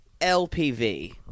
LPV